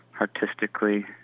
artistically